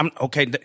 Okay